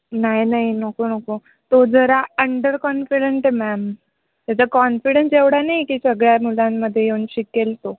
नाही नाही नको नको तो जरा अंडर कॉन्फिडंट आहे मॅम त्याचा कॉन्फिडन्स एवढा नाही की सगळ्या मुलांमध्ये येऊन शिकेल तो